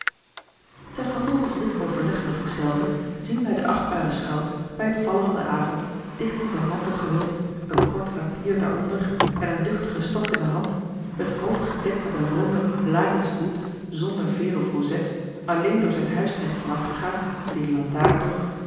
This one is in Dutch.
ten gevolge van dit overleg met zich zelven zien wij den achtbaren schout bij het vallen van den avond dicht in zijn mantel gehuld een kort rappier daaronder en een duchtigen stok in de hand het hoofd gedekt met een ronden lakenschen hoed zonder veer of rozet alleen door zijn huisknecht voorafa l